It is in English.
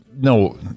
No